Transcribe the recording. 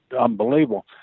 unbelievable